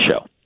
show